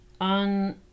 On